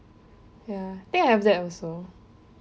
ya I think I have that also